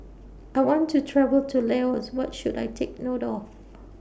I want to travel to Laos What should I Take note of